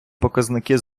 показники